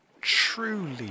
Truly